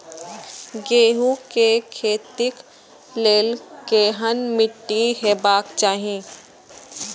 गेहूं के खेतीक लेल केहन मीट्टी हेबाक चाही?